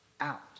out